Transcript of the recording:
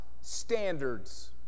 standards